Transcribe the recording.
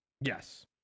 yes